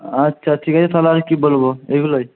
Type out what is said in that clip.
আচ্ছা ঠিক আছে তাহলে আর কী বলব এগুলোই